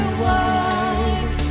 wide